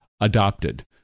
adopted